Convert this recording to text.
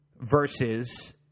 versus